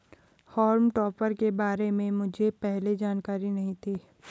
हॉल्म topper के बारे में मुझे पहले जानकारी नहीं थी